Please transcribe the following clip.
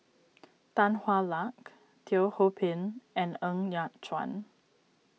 Tan Hwa Luck Teo Ho Pin and Ng Yat Chuan